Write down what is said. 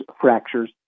fractures